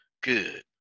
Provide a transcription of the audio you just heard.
Good